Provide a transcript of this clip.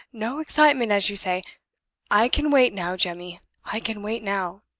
no excitement, as you say i can wait now, jemmy i can wait now.